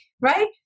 Right